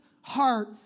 heart